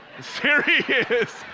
Serious